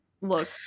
look